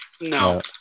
no